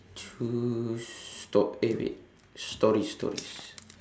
choose stop eh wait stories stories